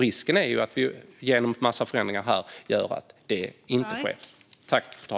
Risken är att vi genom en massa förändringar här gör att de inte sker.